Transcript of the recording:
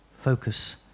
focus